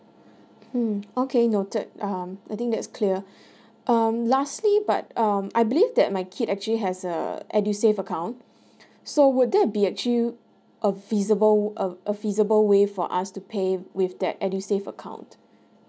mm okay noted um I think that's clear um lastly but um I believe that my kid actually has a edusave account so would that be actually a feasible a a feasible way for us to pay with that edusave account